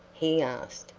he asked,